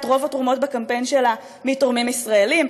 רוב התרומות בקמפיין שלה מתורמים ישראלים.